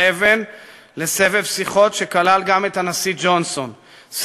אבן לסבב שיחות שנכלל בו גם הנשיא ג'ונסון,